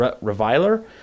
reviler